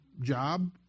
job